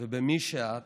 ובמי שאת,